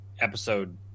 episode